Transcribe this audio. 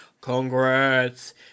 Congrats